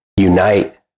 unite